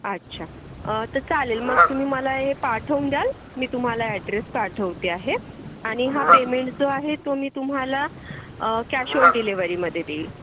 अच्छा तर चालेल मग तुम्ही मला हे पाठवून द्याल मी तुम्हाला ॲड्रेस पाठवते आहे आणि हा पेमेंट जो आहे तो मी तुम्हाला कॅश ऑन डिलिवरीमध्ये देईल